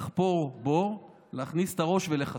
לחפור בור ולהכניס את הראש ולכסות.